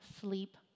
sleep